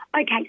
Okay